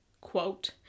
Quote